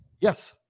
Yes